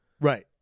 Right